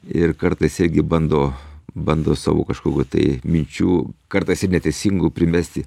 ir kartais irgi bando bando savo kažkokių tai minčių kartais ir neteisingų primesti